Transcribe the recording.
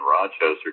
Rochester